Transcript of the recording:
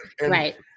right